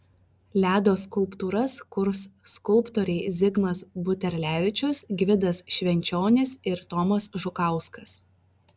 ledo skulptūras kurs skulptoriai zigmas buterlevičius gvidas švenčionis ir tomas žukauskas